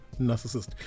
narcissist